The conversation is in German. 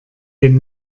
den